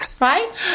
right